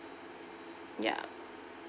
ya